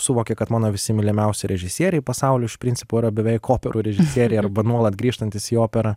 suvoki kad mano visi mylimiausi režisieriai pasauly iš principo yra beveik operų režisieriai arba nuolat grįžtantys į operą